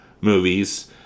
movies